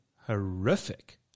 horrific